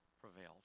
prevailed